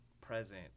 present